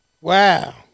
Wow